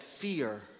fear